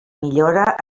millora